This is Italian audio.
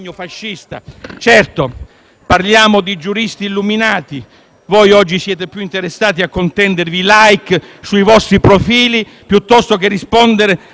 parliamo di giuristi illuminati, voi oggi siete più interessati a contendervi i *like* sui vostri profili piuttosto che a rispondere alle esigenze del Paese.